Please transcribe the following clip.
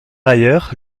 ailleurs